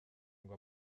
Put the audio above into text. ngo